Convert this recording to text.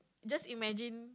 just imagine